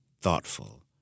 thoughtful